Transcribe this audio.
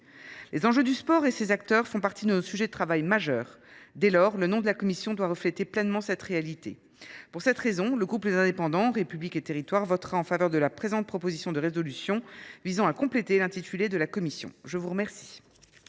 Les enjeux du sport et de ses acteurs faisant partie de nos sujets de travail majeurs, le nom de la commission doit refléter pleinement cette réalité. Pour cette raison, le groupe Les Indépendants – République et Territoires votera en faveur de la présente proposition de résolution, visant à compléter l’intitulé de la commission. La parole